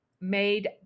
made